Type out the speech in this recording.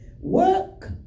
Work